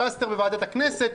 פלסטר בוועדת הכנסת,